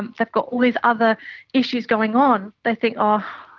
and they've got all these other issues going on, they think, oh,